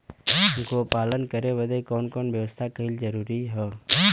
गोपालन करे बदे कवन कवन व्यवस्था कइल जरूरी ह?